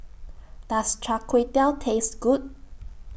Does Char Kway Teow Taste Good